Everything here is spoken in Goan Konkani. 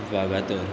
वाघातोर